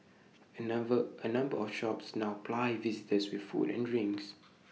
A number A number of shops now ply visitors with food and drinks